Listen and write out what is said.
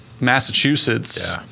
Massachusetts